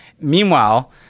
Meanwhile